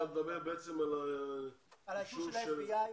אתה מדבר על האישור של ה-FBI.